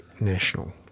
National